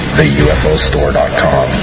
theufostore.com